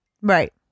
Right